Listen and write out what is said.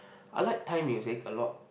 I like Thai music a lot